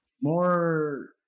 more